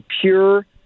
pure